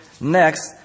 next